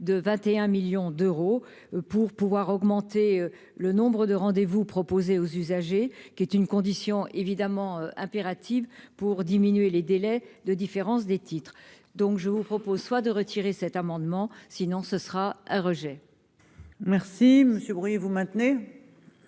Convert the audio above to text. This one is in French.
de 21 millions d'euros pour pouvoir augmenter le nombre de rendez-vous proposer, aux usagers, qui est une condition évidemment impérative pour diminuer les délais de différence des titres, donc je vous propose soit de retirer cet amendement, sinon ce sera un rejet. Merci, Monsieur Bruillet, vous maintenez